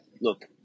look